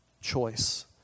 choice